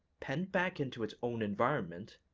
penned back into its own environment,